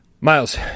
miles